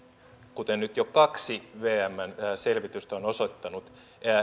kuten nyt jo kaksi vmn selvitystä on osoittanut